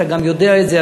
אתה גם יודע את זה,